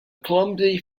clumsy